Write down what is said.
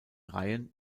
reihen